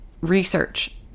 research